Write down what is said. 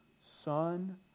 Son